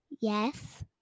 yes